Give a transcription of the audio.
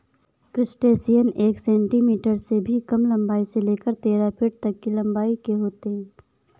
crustacean एक centimetre से भी कम लंबाई से लेकर तेरह फीट तक की लंबाई के होते हैं